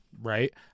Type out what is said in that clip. right